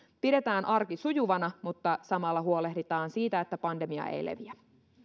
pidetään arki sujuvana mutta samalla huolehditaan siitä että pandemia ei leviä